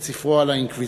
את ספרו על האינקוויזיציה